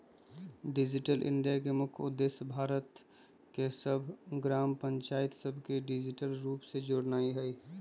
digital India के मुख्य उद्देश्य भारत के सभ ग्राम पञ्चाइत सभके डिजिटल रूप से जोड़नाइ हइ